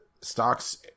stocks